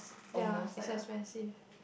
ya is expensive